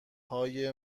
های